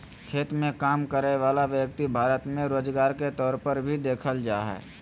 खेत मे काम करय वला व्यक्ति भारत मे रोजगार के तौर पर भी देखल जा हय